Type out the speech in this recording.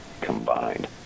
combined